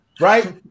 right